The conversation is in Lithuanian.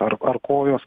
ar ar kojos